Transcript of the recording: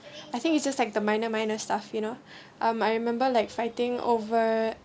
I think it's just like the minor minor stuff you know um I remember like fighting over